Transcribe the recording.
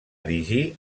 erigir